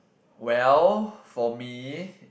well for me